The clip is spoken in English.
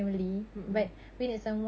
mmhmm